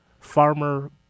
farmer